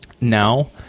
now